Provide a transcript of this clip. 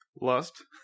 Lust